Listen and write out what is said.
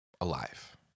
alive